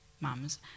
mums